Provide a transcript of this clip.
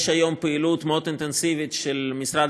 יש היום פעילות מאוד אינטנסיבית של משרד